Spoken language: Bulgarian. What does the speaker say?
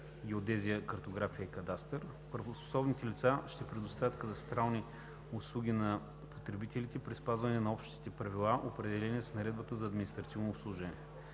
геодезия, картография и кадастър. Правоспособните лица ще предоставят кадастрални услуги на потребителите при спазване на общите правила, определени с Наредбата за административното обслужване.